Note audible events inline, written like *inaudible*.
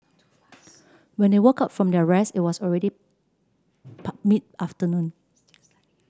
*noise* when they woke up from their rest it was already *unintelligible* mid afternoon